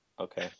okay